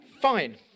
Fine